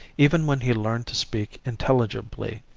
even when he learned to speak intelligibly,